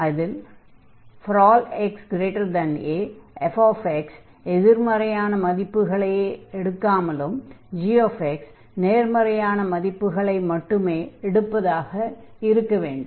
இதில் ∀xa f எதிர்மறையான மதிப்புகளை எடுக்காமலும் g நேர்மறையான மதிப்புகளை மட்டுமே எடுப்பதாகவும் இருக்க வேண்டும்